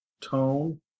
tone